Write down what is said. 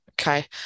okay